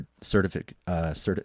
certificate